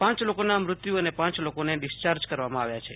પ લોકોના મૃત્યુ અને પ લોકોને ડિસ્ચાર્જ કરવામાં આવ્યા છે